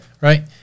right